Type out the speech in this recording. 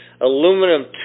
aluminum